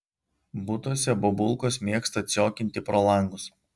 butuose bobulkos mėgsta ciokinti pro langus